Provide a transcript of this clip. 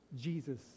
Jesus